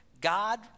God